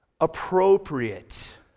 appropriate